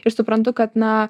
ir suprantu kad na